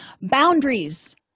boundaries